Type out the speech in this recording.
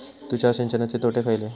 तुषार सिंचनाचे तोटे खयले?